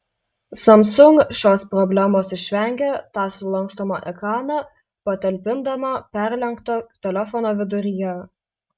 samsung šios problemos išvengė tą sulankstomą ekraną patalpindama perlenkto telefono viduryje